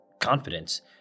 confidence